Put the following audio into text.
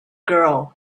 girl